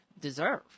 deserve